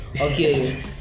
Okay